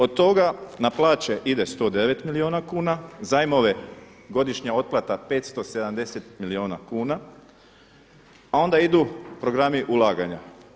Od toga na plaće ide 109 milijuna kuna, zajmove godišnja otplata 570 milijuna kuna a onda idu programi ulaganja.